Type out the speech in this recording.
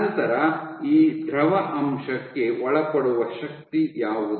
ನಂತರ ಈ ದ್ರವ ಅಂಶಕ್ಕೆ ಒಳಪಡುವ ಶಕ್ತಿ ಯಾವುದು